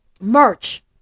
merch